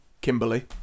Kimberly